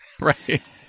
Right